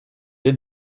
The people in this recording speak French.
deux